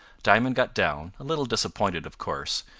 diamond got down, a little disappointed of course,